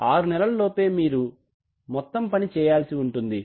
అందుకే ఆరు నెలల లోపే మీరు మొత్తం పని చేయాల్సి ఉంటుంది